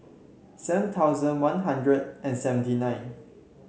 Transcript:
seven thousand One Hundred and seventy nine